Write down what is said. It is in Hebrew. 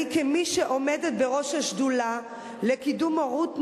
כמי שעומדת בראש השדולה לקידום הורות,